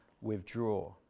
withdraw